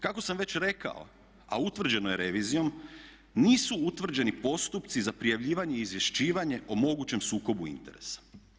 Kako sam već rekao, a utvrđeno je revizijom nisu utvrđeni postupci za prijavljivanje i izvješćivanje o mogućem sukobu interesa.